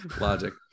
logic